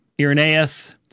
Irenaeus